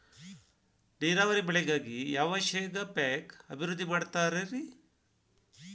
ನೇರಾವರಿ ಬೆಳೆಗಾಗಿ ಯಾವ ಶೇಂಗಾ ಪೇಕ್ ಅಭಿವೃದ್ಧಿ ಮಾಡತಾರ ರಿ?